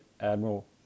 Admiral